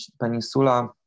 Peninsula